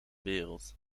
wereld